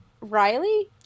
riley